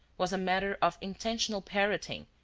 was a matter of intentional parroting,